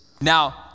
Now